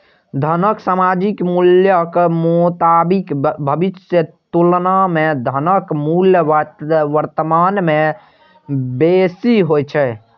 धनक सामयिक मूल्यक मोताबिक भविष्यक तुलना मे धनक मूल्य वर्तमान मे बेसी होइ छै